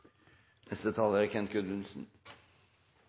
Neste taler er